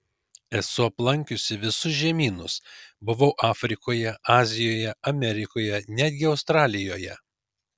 esu aplankiusi visus žemynus buvau afrikoje azijoje amerikoje netgi australijoje